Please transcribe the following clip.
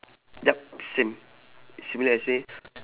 yup same similar as me